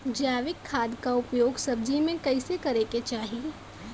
जैविक खाद क उपयोग सब्जी में कैसे करे के चाही?